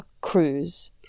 cruise